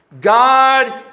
God